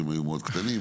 שהם היו מאוד כלליים.